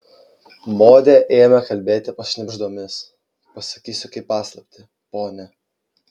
modė ėmė kalbėti pašnibždomis pasakysiu kaip paslaptį pone